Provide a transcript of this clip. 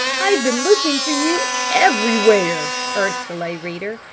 i've been looking for you everywhere, urged the lay reader.